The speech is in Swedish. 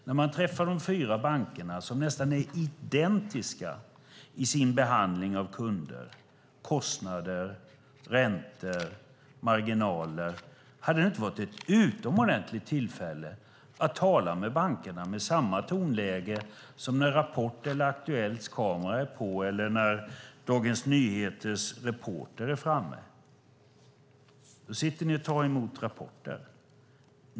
När man träffar de fyra bankerna - som är nästan identiska i sin behandling av kunder, kostnader, räntor och marginaler - hade det då inte varit ett utomordentligt tillfälle att tala med bankerna med samma tonläge som när Rapports eller Aktuellts kameror är på eller när Dagens Nyheters reporter är framme? Då sitter ni och tar emot rapporter.